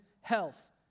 health